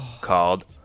called